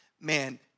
Man